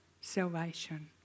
salvation